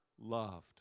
loved